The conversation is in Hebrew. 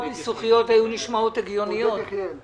יש סמכות היום